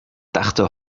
dachte